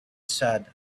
said